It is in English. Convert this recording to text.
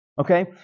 okay